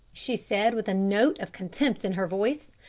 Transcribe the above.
she said with a note of contempt in her voice.